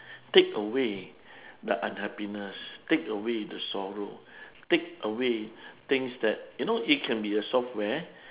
take away the unhappiness take away the sorrow take away things that you know it can be a software